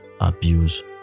abuse